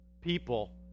people